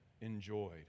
enjoyed